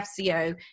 FCO